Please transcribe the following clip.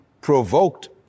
provoked